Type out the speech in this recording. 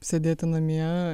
sėdėti namie